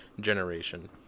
generation